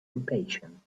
impatient